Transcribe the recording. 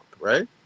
right